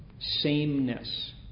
sameness